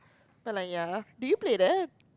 but like ya did you play that